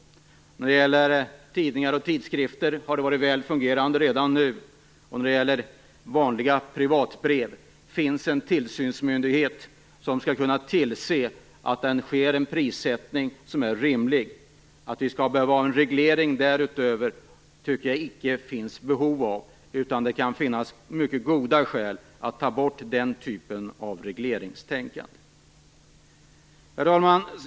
När det gäller tidningar och tidskrifter fungerar det väl redan nu, och när det gäller vanliga privatbrev finns det en tillsynsmyndighet som skall kunna tillse att det sker en prissättning som är rimlig. Någon sådan reglering därutöver finns det icke behov av, utan det kan finnas mycket goda skäl att ta bort den typen av regleringstänkande. Herr talman!